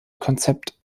konzept